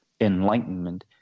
Enlightenment